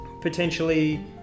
potentially